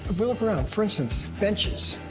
look around, for instance, benches,